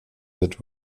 that